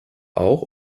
auch